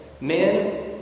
men